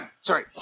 sorry